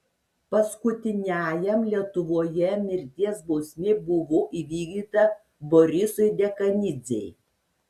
paskutiniajam lietuvoje mirties bausmė buvo įvykdyta borisui dekanidzei